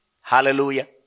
Hallelujah